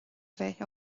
bheith